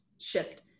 shift